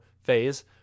phase